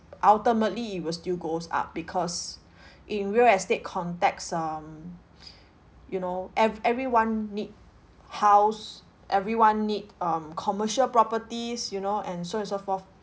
ultimately it will still goes up because in real estate context um you know ev~ everyone need house everyone need um commercial properties you know and so and so forth